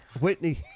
Whitney